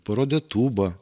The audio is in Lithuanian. parodė tūbą